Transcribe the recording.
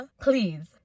please